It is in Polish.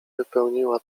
wypełniła